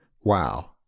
wow